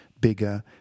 bigger